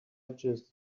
just